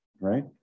right